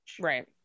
Right